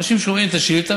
אנשים שומעים את השאילתה,